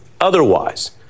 otherwise